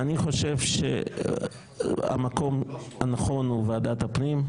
אני חושב שהמקום הנכון הוא ועדת הפנים,